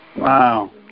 Wow